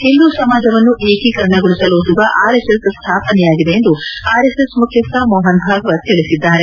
ಹಿಂದೂ ಸಮಾಜವನ್ನು ಏಕೀಕರಣಗೊಳಿಸಲೋಸುಗ ಆರ್ಎಸ್ಎಸ್ ಸ್ಥಾಪನೆಯಾಗಿದೆ ಎಂದು ಆರ್ಎಸ್ಎಸ್ ಮುಖ್ಯಸ್ಥ ಮೋಹನ್ ಭಾಗವತ್ ತಿಳಿಸಿದ್ದಾರೆ